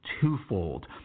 twofold